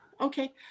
okay